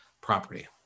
property